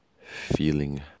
feeling